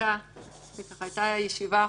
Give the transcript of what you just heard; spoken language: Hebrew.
החקיקה בישיבה האחרונה,